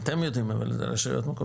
אתם יודעים אבל רשויות מקומיות?